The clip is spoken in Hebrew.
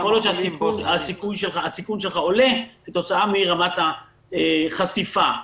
להיות שהסיכון שלך עולה כתוצאה מרמת החשיפה.